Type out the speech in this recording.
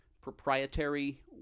proprietary